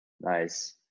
Nice